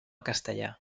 castellà